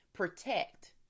protect